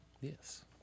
Yes